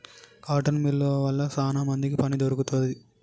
cotton మిల్లువ వల్ల శానా మందికి పని దొరుకుతాంది